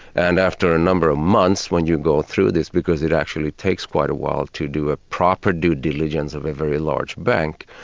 and after a number of months when you go through this, because it actually takes quite a while to do a proper due diligence of a very large bank,